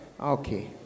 okay